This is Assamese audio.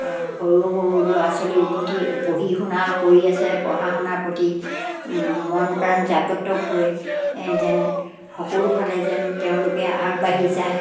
সৰু সৰু ল'ৰা ছোৱালী উন্নতি পঢ়ি শুনা কৰি আছে পঢ়া শুনাৰ প্ৰতি মন প্ৰাণ জাগত হৈ যেন সকলোফালে যেন তেওঁলোকে আগবাঢ়ি যায়